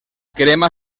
crema